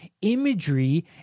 imagery